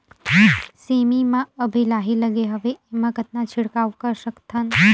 सेमी म अभी लाही लगे हवे एमा कतना छिड़काव कर सकथन?